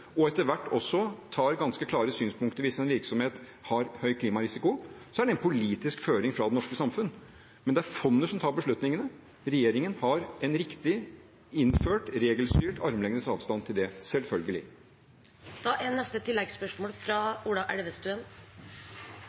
og etter hvert også har ganske klare synspunkter hvis en virksomhet har høy klimarisiko – så er det en politisk føring fra det norske samfunn. Men det er fondet som tar beslutningene. Regjeringen har en riktig innført regelstyrt armlengdes avstand til det, selvfølgelig. Ola Elvestuen – til neste